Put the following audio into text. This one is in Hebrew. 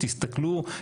תסתכלו,